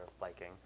liking